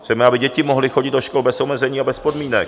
Chceme, aby děti mohly chodit do škol bez omezení a bez podmínek.